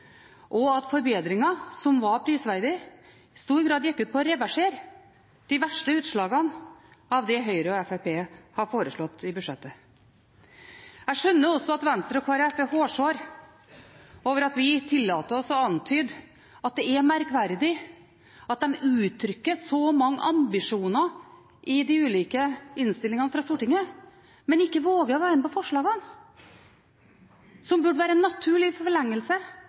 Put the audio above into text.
og forbedringen, som var prisverdig, gikk i stor grad ut på å reversere de verste utslagene av det Høyre og Fremskrittspartiet hadde foreslått i budsjettet. Jeg skjønner også at Venstre og Kristelig Folkeparti er hårsåre over at vi tillater oss å antyde at det er merkverdig at de uttrykker så mange ambisjoner i de ulike innstillingene fra Stortinget, men ikke våger å være med på forslagene, som burde være en naturlig forlengelse